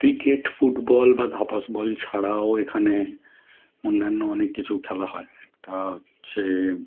cricket football বা ধাপাস ball ছাড়াও এখানে অন্যান্য অনেক কিছু খেলা হয় একটা হচ্ছে